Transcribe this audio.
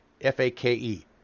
F-A-K-E